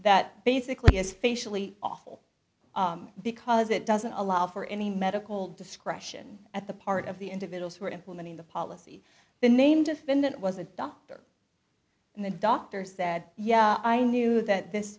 that basically is facially awful because it doesn't allow for any medical discretion at the part of the individuals who are implementing the policy the name defendant was a doctor and the doctor said yeah i knew that this